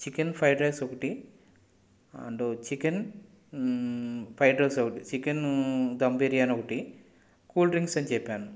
chicken fried rice ఒకటి and chicken fried rice ఒకటి chicken dum biryani ఒకటి కూల్ డ్రింక్స్ అని చెప్పాను